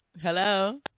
Hello